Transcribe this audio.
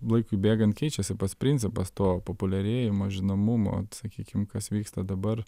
laikui bėgant keičiasi pats principas to populiarėjimo žinomumo sakykim kas vyksta dabar